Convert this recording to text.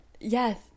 Yes